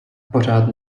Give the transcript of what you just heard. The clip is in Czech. pořád